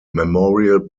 memorial